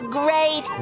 great